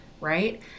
Right